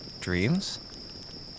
dreams